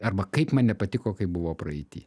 arba kaip man nepatiko kaip buvo praeity